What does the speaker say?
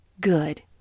Good